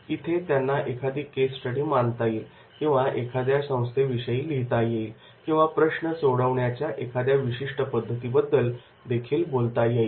इथे त्यांना एखादी केसस्टडी मांडता येईल किंवा एखाद्या संस्थेविषयी लिहिता येईल किंवा प्रश्न सोडवण्याच्या एखाद्या विशिष्ट पद्धतीबद्दल देखील बोलता येईल